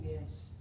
yes